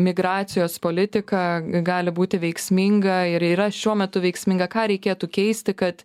migracijos politika gali būti veiksminga ir yra šiuo metu veiksminga ką reikėtų keisti kad